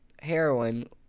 heroin